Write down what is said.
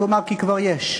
אז הוא אמר: כי כבר יש.